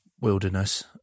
wilderness